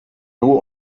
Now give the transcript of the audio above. nur